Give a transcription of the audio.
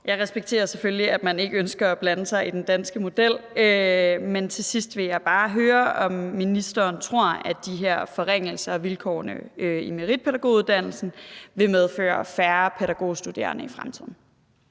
Jeg respekterer selvfølgelig, at man ikke ønsker at blande sig i den danske model. Men til sidst vil jeg bare høre, om ministeren tror, at de her forringelser af vilkårene i meritpædagoguddannelsen vil medføre færre pædagogstuderende i fremtiden.